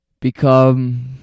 become